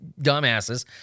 dumbasses